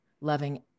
loving